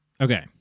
okay